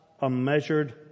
unmeasured